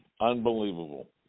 Unbelievable